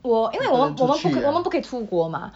我因为我们我们不可以我们不可以出国吗